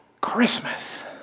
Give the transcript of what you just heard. Christmas